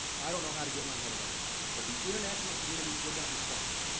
i don't know how to get my head around that, but the international community did not respond.